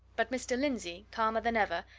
but mr. lindsey, calmer than ever,